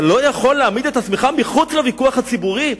אתה לא יכול להעמיד את עצמך מחוץ לוויכוח הציבורי?